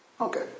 Okay